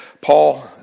Paul